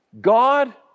God